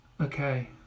Okay